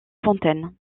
fontaines